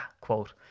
quote